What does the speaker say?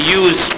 use